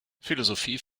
philosophie